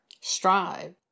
strive